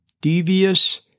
devious